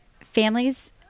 families